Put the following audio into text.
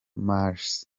mars